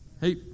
Hey